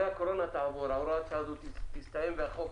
הרי הקורונה תעבור, הוראת השעה הזאת תסתיים והחוק